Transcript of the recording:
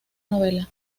novela